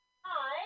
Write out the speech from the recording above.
Hi